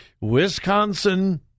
Wisconsin